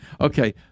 Okay